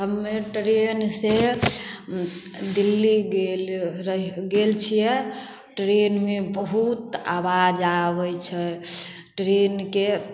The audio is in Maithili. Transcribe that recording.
अब हम्मे ट्रेन से दिल्ली गेल रही गेल छियै ट्रेनमे बहुत आबाज आबै छै ट्रेनके